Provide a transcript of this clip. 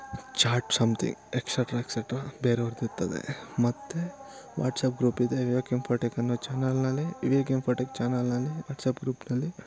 chat something etcetera etcetera ಬೇರೆಯವ್ರ್ದು ಇರ್ತದೆ ಮತ್ತು ವಾಟ್ಸ್ಆ್ಯಪ್ ಗ್ರೂಪಿದೆ ವಿವೇಕ್ ಇನ್ಫೋಟೆಕ್ ಅನ್ನೋ ಚಾನಲ್ನಲ್ಲಿ ವಿವೇಕ್ ಇನ್ಫೋಟೆಕ್ ಚಾನಲ್ನಲ್ಲಿ ವಾಟ್ಸ್ಆ್ಯಪ್ ಗ್ರೂಪ್ನಲ್ಲಿ